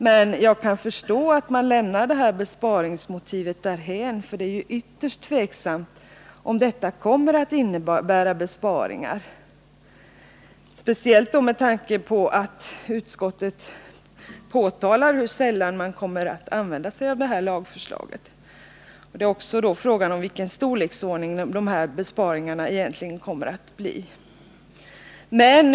Men jag kan förstå att man lämnar besparingsmotivet därhän, för det är ju ytterst tveksamt om förslaget kommer att innebära besparingar — speciellt med tanke på att utskottet påpekar hur sällan man kommer att använda sig av den här lagen. Det är då också fråga om av vilken storleksordning dessa besparingar kommer att vara.